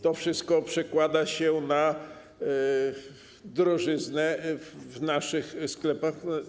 To wszystko przekłada się na drożyznę w naszych sklepach.